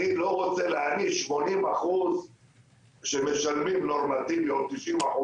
אני לא רוצה להעניש 80% נורמטיבי, או 90%,